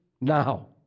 now